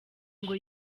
ngo